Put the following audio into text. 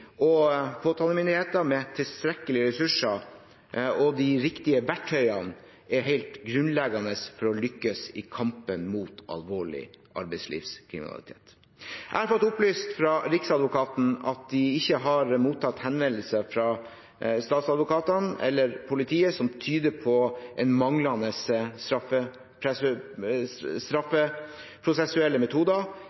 og påtalemyndighet med tilstrekkelig ressurser og de riktige verktøyene er helt grunnleggende for å lykkes i kampen mot alvorlig arbeidslivskriminalitet. Jeg har fått opplyst fra Riksadvokaten at de ikke har mottatt henvendelser fra statsadvokatene eller politiet som tyder på manglende